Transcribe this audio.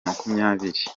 makumyabiri